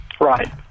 Right